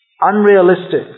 Unrealistic